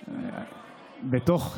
בתוך,